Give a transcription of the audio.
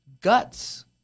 guts